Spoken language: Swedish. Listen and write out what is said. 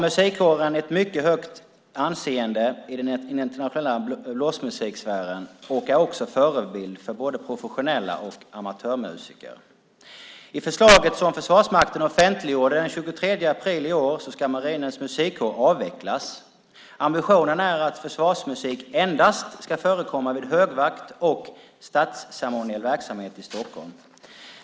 Musikkåren har ett mycket högt anseende i den nationella blåsmusiksfären och är också en förebild för både professionella musiker och amatörmusiker. I förslaget som Försvarsmakten offentliggjorde den 23 april i år ska Marinens musikkår avvecklas. Ambitionen är att försvarsmusik endast ska förekomma vid högvakt och statsceremoniell verksamhet i Stockholm.